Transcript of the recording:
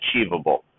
achievable